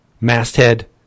masthead